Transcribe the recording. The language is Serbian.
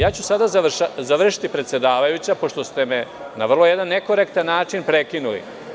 Ja ću sada završiti, predsedavajuća, pošto ste me na vrlo jedan nekorektan način prekinuli.